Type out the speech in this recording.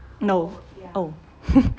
no oh